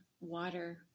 water